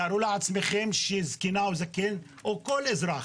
תארו לעצמכם שזקנה או זקן או כל אזרח